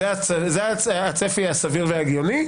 זה הצפי הסביר וההגיוני.